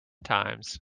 times